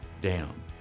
down